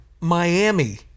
Miami